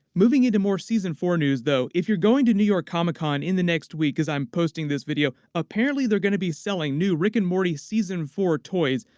moving into more season four news though, if you're going to new york comic con in the next week as i'm posting this video, apparently they're gonna be selling new rick and morty season four toys,